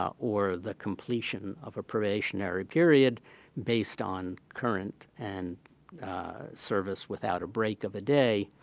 ah or the completion of a probationary period based on current and service without a break of a day,